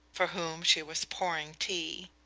for whom she was pouring tea.